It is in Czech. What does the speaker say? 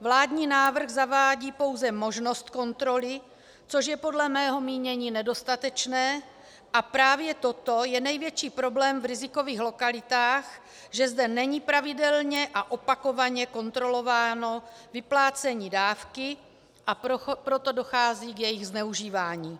Vládní návrh zavádí pouze možnost kontroly, což je podle mého mínění nedostatečné, a právě toto je největší problém v rizikových lokalitách, že zde není pravidelně a opakovaně kontrolováno vyplácení dávky, a proto dochází k jejímu zneužívání.